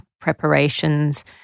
preparations